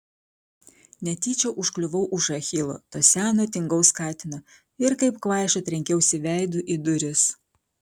netyčia užkliuvau už achilo to seno tingaus katino ir kaip kvaiša trenkiausi veidu į duris